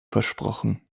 versprochen